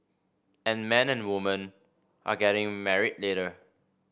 and men and woman are getting married later